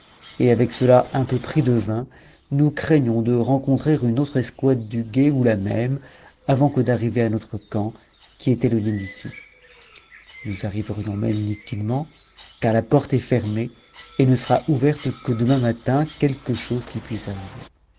et avec cela un peu pris de vin nous craignons de rencontrer une autre escouade du guet ou la même avant que d'arriver à notre khan qui est éloigné d'ici nous arriverions même inutilement car la porte est fermée et ne sera ouverte que demain matin quelque chose qu'il puisse arriver